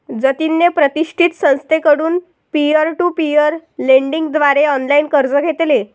जतिनने प्रतिष्ठित संस्थेकडून पीअर टू पीअर लेंडिंग द्वारे ऑनलाइन कर्ज घेतले